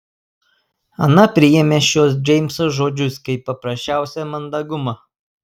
ana priėmė šiuos džeimso žodžius kaip paprasčiausią mandagumą